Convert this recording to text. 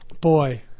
boy